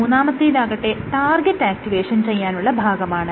മൂന്നാമത്തേതാകട്ടെ target activation ചെയ്യാനുള്ള ഭാഗമാണ്